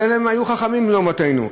חלם היו חכמים לעומתנו.